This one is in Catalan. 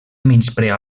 menysprea